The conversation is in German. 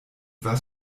was